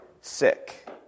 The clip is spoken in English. sick